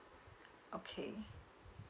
okay